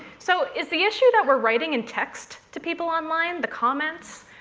so is the issue that we're writing in text to people online? the comments?